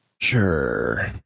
sure